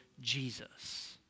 Jesus